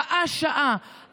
שעה-שעה,